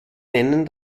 nennen